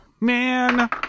man